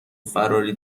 فراری